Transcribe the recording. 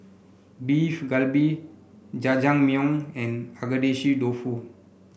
Beef Galbi Jajangmyeon and Agedashi Dofu